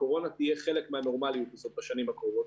הקורונה תהיה חלק מהנורמליות בשנים הקרובות.